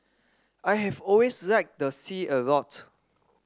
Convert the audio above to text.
I have always liked the sea a lot